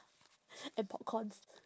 and popcorn